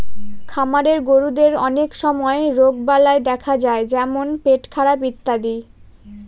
খামারের গরুদের অনেক সময় রোগবালাই দেখা যায় যেমন পেটখারাপ ইত্যাদি